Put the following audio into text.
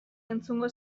entzungo